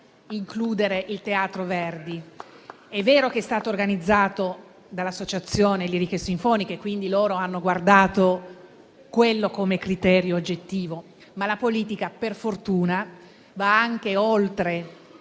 il Teatro Verdi?